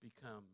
become